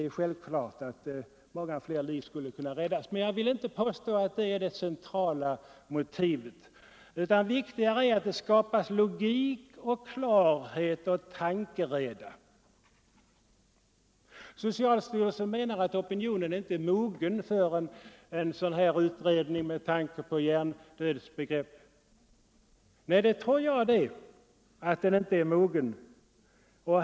Därigenom skulle självfallet många fler liv kunna räddas. Men jag vill inte påstå att detta är det centrala motivet till att denna fråga utreds. Viktigt är att det skapas logik, klarhet och tankereda. Socialstyrelsen menar att opinionen inte är mogen för en utredning om hjärndödsbegreppet. Nej, det tror jag det!